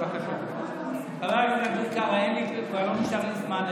חבר הכנסת אביר קארה, כבר לא נשאר לי זמן.